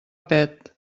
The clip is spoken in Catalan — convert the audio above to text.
pet